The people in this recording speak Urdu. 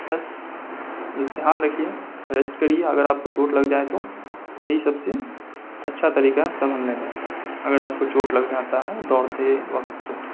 بس بس دھیان رکھیے ریسٹ کریے اگر آپ کو چوٹ لگ جائے تو یہی سب سے اچھا طریقہ ہے سنبھلنے کا اگر آپ کو چوٹ لگ جاتا ہے دوڑتے وقت تو